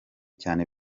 cyane